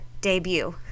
debut